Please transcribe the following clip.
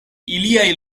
iliaj